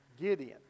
Gideon